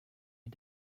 est